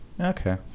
Okay